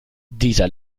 dieser